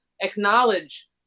acknowledge